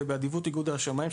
באדיבות איגוד השמאים,